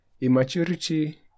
immaturity